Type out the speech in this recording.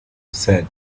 said